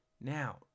now